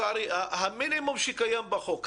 המינימום שקיים בחוק.